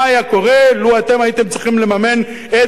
מה היה קורה לו אתם הייתם צריכים לממן את